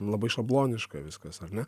labai šabloniška viskas ar ne